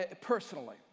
personally